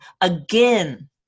again